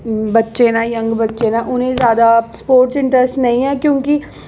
बच्चे न यंग बच्चे न उ'नेंगी ज्यादा स्पोर्टस च इंटरेस्ट नेईं ऐ क्योंकि